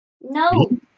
No